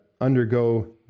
undergo